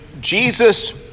Jesus